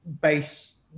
base